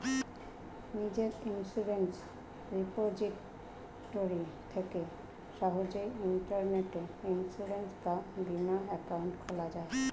নিজের insurance repository থেকে সহজেই ইন্টারনেটে ইন্সুরেন্স বা বীমা অ্যাকাউন্ট খোলা যায়